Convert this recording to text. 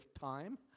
time